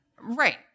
Right